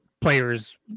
players